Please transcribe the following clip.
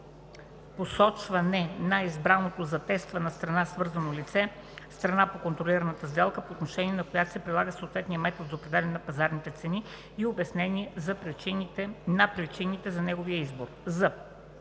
посочване на избраното за тествана страна свързано лице (страната по контролираната сделка, по отношение на която се прилага съответният метод за определяне на пазарните цени) и обяснение на причините за неговия избор;